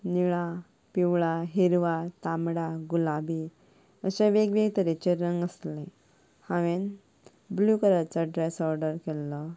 निळा पिवळा हिरवां तांबडा गुलाबी अशें वेगवेगळें तरेचे रंग आसलें हांवें ब्लू कलरचो ड्रेस ओर्डर केल्लो